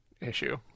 issue